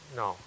no